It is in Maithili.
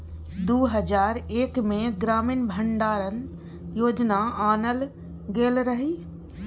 दु हजार एक मे ग्रामीण भंडारण योजना आनल गेल रहय